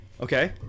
Okay